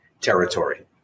territory